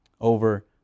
Over